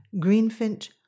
greenfinch